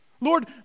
Lord